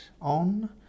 on